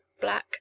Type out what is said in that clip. black